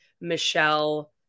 Michelle